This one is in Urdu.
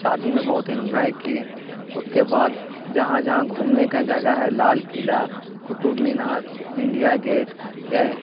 شادی میں بہت انجوائے کیے اس کے بعد جہاں جہاں گھومنے کا جگہ ہے لال قلعہ قطب مینار انڈیا گیٹ گئے